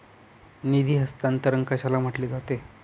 निधी हस्तांतरण कशाला म्हटले जाते?